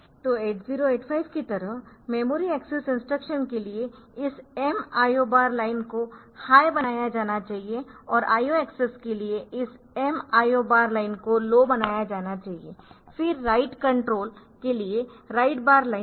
तो 8085 की तरह मेमोरी एक्सेस इंस्ट्रक्शन के लिए इस M IO बार लाइन को हाई बनाया जाना चाहिए और IO एक्सेस के लिए इस M IO बार लाइन को लो बनाया जाना चाहिए फिर राइट कंट्रोल के लिए राइट बार लाइन है